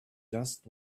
just